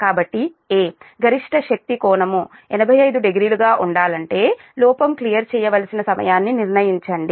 కాబట్టి ఎ గరిష్ట శక్తి కోణం 850 గా ఉండాలంటే లోపం క్లియర్ చేయవలసిన సమయాన్ని నిర్ణయించండి